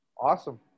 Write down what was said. Awesome